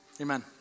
Amen